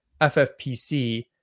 FFPC